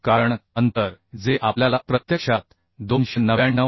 कारण अंतर जे आपल्याला प्रत्यक्षात 299